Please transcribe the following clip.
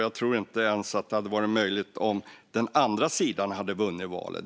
Jag tror inte ens att det hade varit möjligt om den andra sidan hade vunnit valet.